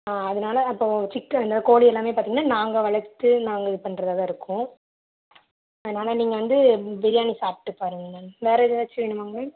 அதனால அப்போது சிக்கனில் கோழி எல்லாமே பார்த்தீங்கன்னா நாங்கள் வளர்த்து நாங்களே பண்ணுறதா தான் இருக்கும் அதனால நீங்கள் வந்து பிரியாணி சாப்பிட்டு பாருங்க மேம் வேறு எதாச்சு வேணுமாங்க மேம்